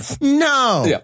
No